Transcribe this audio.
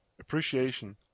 appreciation